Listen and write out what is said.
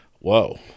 Whoa